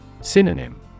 Synonym